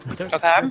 okay